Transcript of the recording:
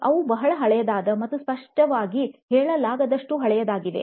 ಅವು ಬಹಳ ಹಳೆಯದಾದ ಮತ್ತು ಸ್ಪಷ್ಟವಾಗಿ ಹೇಳಲಾಗದಷ್ಟು ಹಳೆಯದಾಗಿದೆ